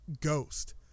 Ghost